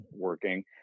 working